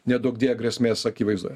neduok die grėsmės akivaizdoje